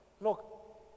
look